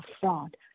fraud